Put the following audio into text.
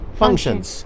functions